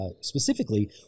specifically